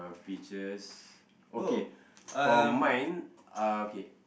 beaches okay for mine uh okay